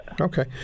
Okay